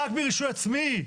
רק ברישוי עצמי.